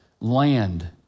land